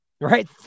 Right